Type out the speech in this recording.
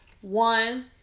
One